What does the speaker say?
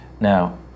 Now